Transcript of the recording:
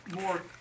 more